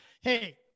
hey